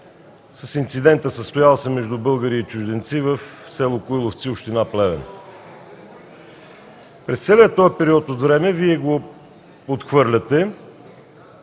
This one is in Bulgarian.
с инцидента, състоял се между българи и чужденци в село Коиловци, община Плевен. През целия този период от време Вие го отхвърляте,